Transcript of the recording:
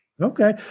Okay